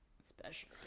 special